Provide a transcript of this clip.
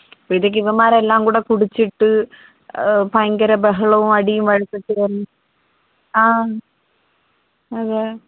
അപ്പോഴത്തേക്ക് ഇവന്മാരെല്ലാം കൂടെ കുടിച്ചിട്ട് ഭയങ്കര ബഹളവും അടിയും വഴക്കൊക്കെ ആയിരുന്നു ആ അതെ